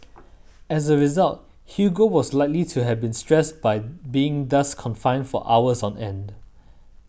as a result Hugo was likely to have been stressed by being thus confined for hours on end